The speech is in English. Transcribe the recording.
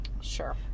sure